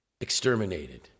exterminated